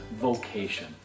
vocation